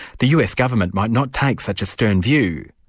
the us government might not take such a stern view,